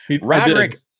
roderick